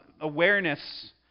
awareness